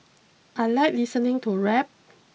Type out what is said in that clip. I like listening to rap